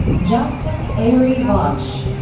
jackson arie vance,